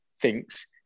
thinks